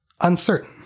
Uncertain